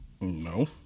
No